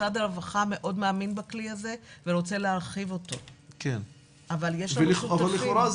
משרד הרווחה מאוד מאמין בכלי הזה ורוצה להרחיב אותו אבל יש לנו שותפים.